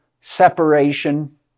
separation